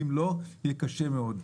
אם לא, יהיה לנו קשה מאוד לתמוך.